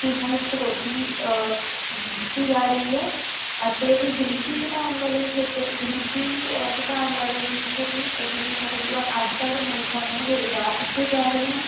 ਫੀਸਾਂ ਵਿੱਚ ਕਟੌਤੀ ਦਿੱਤੀ ਜਾ ਰਹੀ ਹੈ ਅਤੇ ਫਿਰ ਗਰੀਬੀ ਘਟਾਉਣ ਵਾਲੇ ਖੇਤਰ ਗਰੀਬੀ ਘਟਾਉਣ ਵਾਲੇ ਦੇ ਵਿੱਚ ਹੀ ਜਿਵੇਂ ਨੌਜਵਾਨ ਅੱਜ ਕੱਲ੍ਹ ਦੇ ਨੌਜਵਾਨਾਂ ਨੂੰ ਰੁਜ਼ਗਾਰ ਦਿੱਤੇ ਜਾ ਰਹੇ ਹਨ